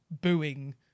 booing